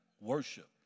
worship